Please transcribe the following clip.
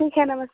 ठीक है नमस्ते